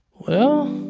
well,